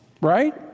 right